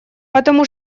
потому